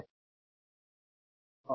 अंबर सही